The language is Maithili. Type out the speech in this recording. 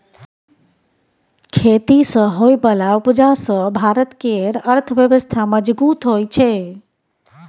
खेती सँ होइ बला उपज सँ भारत केर अर्थव्यवस्था मजगूत होइ छै